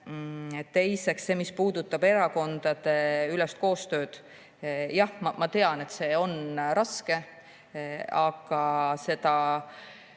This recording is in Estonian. Teiseks see, mis puudutab erakondadeülest koostööd. Jah, ma tean, et see on raske, aga